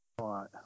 right